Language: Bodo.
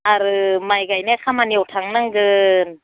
आरो माइ गायनाय खामानियाव थांनो नांगोन